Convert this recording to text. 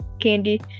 candy